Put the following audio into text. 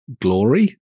Glory